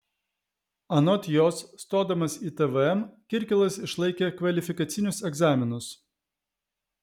anot jos stodamas į tvm kirkilas išlaikė kvalifikacinius egzaminus